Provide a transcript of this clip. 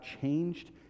changed